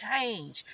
change